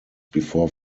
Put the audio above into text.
before